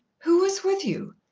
who was with you?